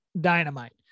dynamite